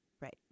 Right